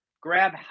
grab